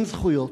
אין זכויות.